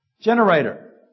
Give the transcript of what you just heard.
generator